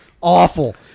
Awful